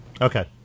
Okay